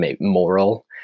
moral